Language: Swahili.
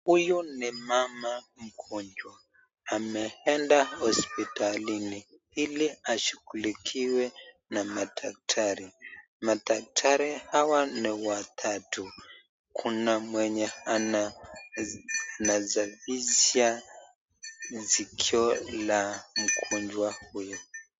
Huyu ni mama mgonjwa, ameenda hosptalini, iliashungulikiwe na madakitari. Madakitari hawa ni watatatu kuna mwenye anasafisha sikio la mgonjwa huyo.